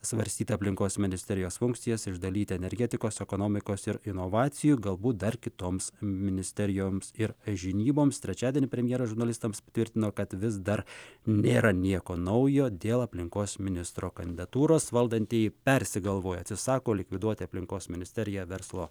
svarstyti aplinkos ministerijos funkcijas išdalyti energetikos ekonomikos ir inovacijų galbūt dar kitoms ministerijoms ir žinyboms trečiadienį premjeras žurnalistams tvirtino kad vis dar nėra nieko naujo dėl aplinkos ministro kandidatūros valdantieji persigalvojo atsisako likviduoti aplinkos ministeriją verslo